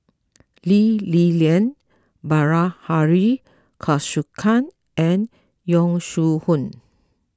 Lee Li Lian Bilahari Kausikan and Yong Shu Hoong